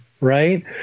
Right